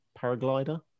paraglider